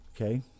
Okay